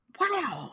Wow